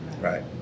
Right